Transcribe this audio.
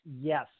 Yes